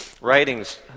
writings